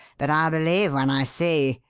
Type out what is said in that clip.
but i'll believe when i see.